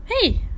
Hey